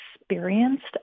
experienced